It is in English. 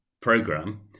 program